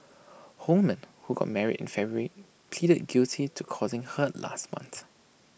Holman who got married in February pleaded guilty to causing hurt last month